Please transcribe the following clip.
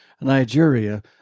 Nigeria